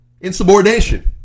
insubordination